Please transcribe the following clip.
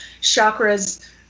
chakras